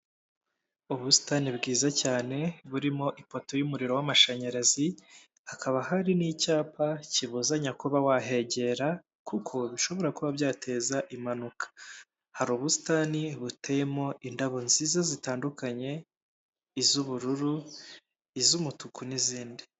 Ubusitani bwiza cyane burimo ipoto y'umuriro w'amashanyarazi, hakaba hari n'icyapa kibuzanya kuba wahegera kuko bishobora kuba byateza impanuka. Hari ubusitani buteyemo indabo nziza zitandukanye iz'ubururu iz'umutuku n'izindi.